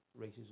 racism